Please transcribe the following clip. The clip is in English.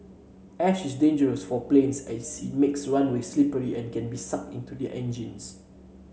ash is dangerous for planes as it makes runways slippery and can be sucked into their engines